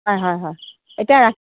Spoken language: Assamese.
হয় হয় হয় এতিয়া ৰাখি